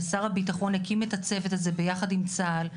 ושר הביטחון הקים את הצוות הזה ביחד עם צה"ל,